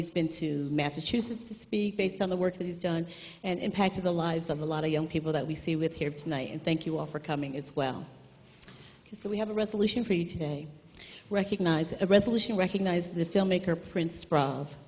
he's been to massachusetts to speak based on the work that he's done and impacted the lives of a lot of young people that we see with here tonight and thank you all for coming as well so we have a resolution for you today recognize a resolution recognize the filmmaker prin